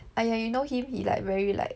!aiya! you know him he like very like